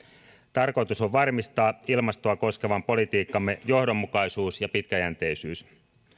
tarkoitus on varmistaa ilmastoa koskevan politiikkaamme johdonmukaisuus ja pitkäjänteisyys